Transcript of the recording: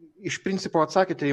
iš principo atsakėte į